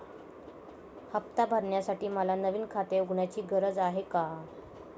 हफ्ता भरण्यासाठी मला नवीन खाते उघडण्याची गरज आहे का?